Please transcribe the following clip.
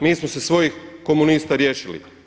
Mi smo se svojih komunista riješili.